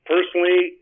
Personally